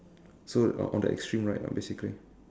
so on on the extreme right lah basically